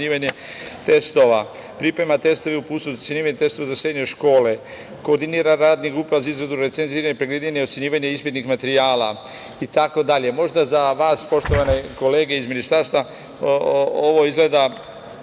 ocenjivanje testova, priprema testove i uputstvo za ocenjivanje testova za srednje škole, koordinira radnim grupama za izradu recenzija i ocenjivanja ispitnih materijala, itd. Možda za vas, poštovane kolege iz Ministarstva, ovo izgleda